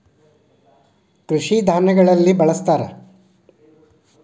ಕೃಷಿ ಧಾನ್ಯಗಳಲ್ಲಿ ಬಳ್ಸತಾರ